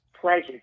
pleasure